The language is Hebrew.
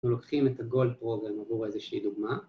‫אנחנו לוקחים את הגולד פרוגרם ‫עבור איזושהי דוגמה.